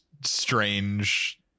strange